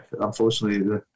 unfortunately